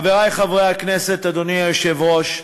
חברי חברי הכנסת, אדוני היושב-ראש,